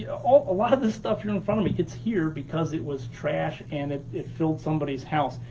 ah a lot of this stuff here in front of me, it's here because it was trash and it it filled somebody's house.